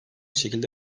şekilde